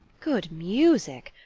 good music?